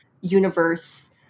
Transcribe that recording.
universe